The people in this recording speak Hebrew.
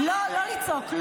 לא, לא לצעוק.